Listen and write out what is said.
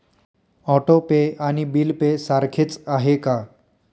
Auto pay आणि bill pay सारखेच आहे का?